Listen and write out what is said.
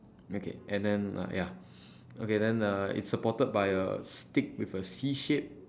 okay and then uh ya okay then uh it's support by a stick with a C shape